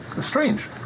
Strange